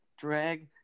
drag